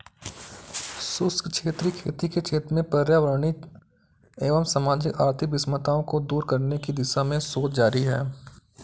शुष्क क्षेत्रीय खेती के क्षेत्र में पर्यावरणीय एवं सामाजिक आर्थिक विषमताओं को दूर करने की दिशा में शोध जारी है